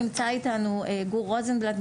נמצא איתנו גור רוזנבלט,